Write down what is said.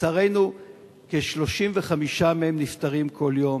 ולצערנו כ-35 מהם נפטרים כל יום,